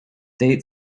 date